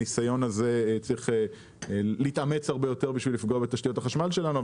הניסיון הזה צריך להתאמץ הרבה יותר בשביל לפגוע בתשתיות החשמל שלנו.